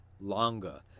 longa